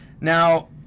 Now